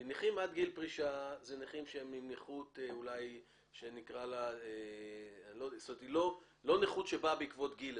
כי נכים עד גיל פרישה הם נכים שעם נכות שלא באה בעקבות גיל,